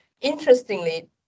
Interestingly